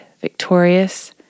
victorious